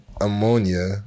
ammonia